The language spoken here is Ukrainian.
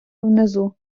внизу